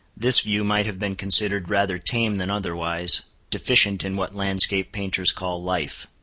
this view might have been considered rather tame than otherwise, deficient in what landscape painters call life.